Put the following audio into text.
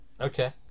Okay